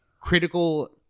critical